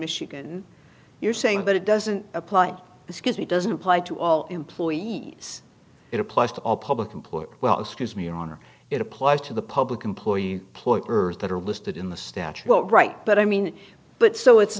michigan you're saying that it doesn't apply because he doesn't apply to all employees it applies to all public employees well excuse me your honor it applies to the public employee ploy earth that are listed in the statute right but i mean but so it's